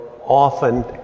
often